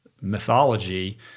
mythology